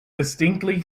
distinctly